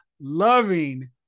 loving